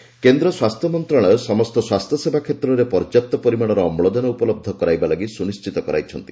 oxygen ଯୋଗାଣ କେନ୍ଦ୍ର ସ୍ୱାସ୍ଥ୍ୟ ମନ୍ତ୍ରଣାଳୟ ସମସ୍ତ ସ୍ୱାସ୍ଥ୍ୟସେବା କ୍ଷେତ୍ରରେ ପର୍ଯ୍ୟାପ୍ତ ପରିମାଣର ଅମ୍ଳଜାନ ଉପଲବ୍ଧ କରାଇବା ଲାଗି ସୁନିଷ୍ଟିତ କରାଇଛନ୍ତି